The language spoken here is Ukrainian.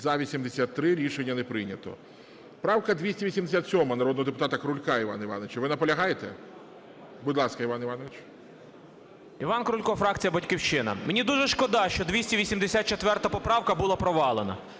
За-83 Рішення не прийнято. Правка 287, народного депутата Крулька Івана Івановича. Ви наполягаєте? Будь ласка, Іване Івановичу. 11:54:05 КРУЛЬКО І.І. Іван Крулько, фракція "Батьківщина". Мені дуже шкода, що 284 поправка була провалена.